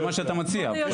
זה מה שאתה מציע.